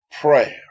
prayer